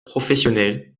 professionnel